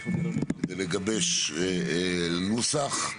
נגבש נוסח.